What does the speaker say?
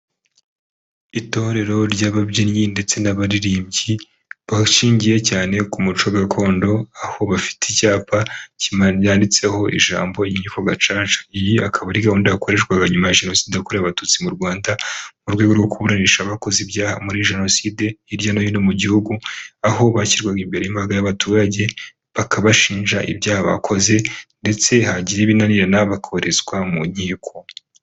Itorero ry'ababyinnyi ndetse n'abaririmbyi bashingiye cyane ku muco gakondo aho bafite icyapa ryanditseho ijambo inkiko gacaca iyi akaba ari gahunda yakoreshwaga nyuma ya jenoside yakorewe abatutsi mu rwanda mu rwego rwo kuburanisha abakoze ibyaha muri jenoside hirya no hino mu gihugu aho bashyirwaga imbere yimbaga y'abaturage bakabashinja ibyaha bakoze ndetse hagira ibinanirana bakoherezwa mu nkiko.